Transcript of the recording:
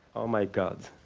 oh my god.